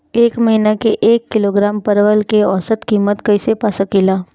एक महिना के एक किलोग्राम परवल के औसत किमत कइसे पा सकिला?